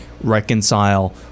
reconcile